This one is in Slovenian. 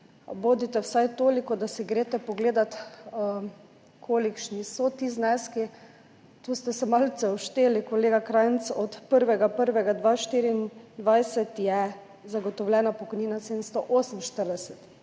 bodite vsaj toliko, da si greste pogledat, kolikšni so ti zneski. Tu ste se malce ušteli, kolega Krajnc, od 1. 1. 2024 je zagotovljena pokojnina 748,24